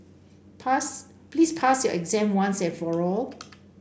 pass please pass your exam once and for all